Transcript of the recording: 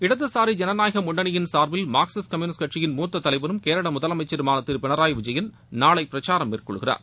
இடதுசாரி ஜனநாயக முன்னணியின் சார்பில் மார்க்சிஸ்ட் கம்யூனிஸ்ட் கட்சியின் மூத்த தலைவரும் கேரள முதலமைச்சருமான திரு பினராயி விஜயன் நாளை பிரசாரம் மேற்கொள்கிறார்